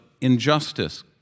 injustice